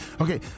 Okay